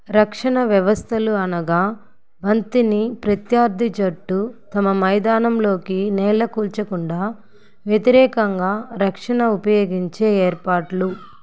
రక్షణ వ్యవస్తలు అనగా బంతిని ప్రత్యర్ది జట్టు తమ మైదానంలోకి నేలకూల్చకుండా వ్యతిరేకంగా రక్షణ ఉపయోగించే ఏర్పాట్లు